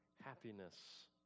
happiness